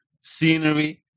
scenery